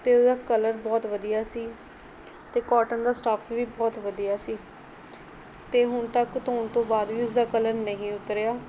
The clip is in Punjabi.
ਅਤੇ ਉਹਦਾ ਕਲਰ ਬਹੁਤ ਵਧੀਆ ਸੀ ਅਤੇ ਕੋਟਨ ਦਾ ਸਟੱਫ਼ ਵੀ ਬਹੁਤ ਵਧੀਆ ਸੀ ਅਤੇ ਹੁਣ ਤੱਕ ਧੋਣ ਤੋਂ ਬਾਅਦ ਵੀ ਉਸਦਾ ਕਲਰ ਨਹੀਂ ਉਤਰਿਆ